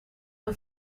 een